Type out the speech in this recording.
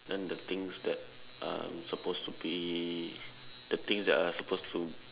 then the things that I'm supposed to be the things that I'm supposed to